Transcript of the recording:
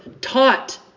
taught